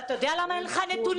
ואתה יודע למה אין לך נתונים?